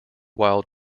wild